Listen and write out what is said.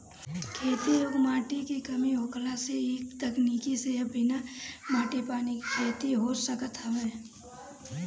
खेती योग्य माटी के कमी होखला से इ तकनीकी से अब बिना माटी पानी के खेती हो सकत हवे